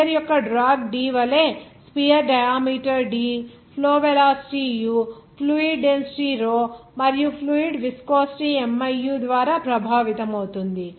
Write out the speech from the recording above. spear యొక్క drag D వలె sphere diameter d flow velocity u fluid density rho మరియు fluid viscosity miu ద్వారా ప్రభావితమవుతుంది